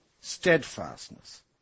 steadfastness